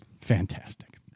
fantastic